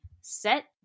set